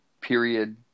period